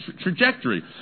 trajectory